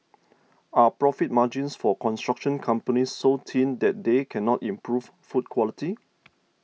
are profit margins for construction companies so thin that they cannot improve food quality